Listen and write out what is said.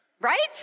Right